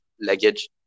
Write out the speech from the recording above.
luggage